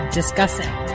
discussing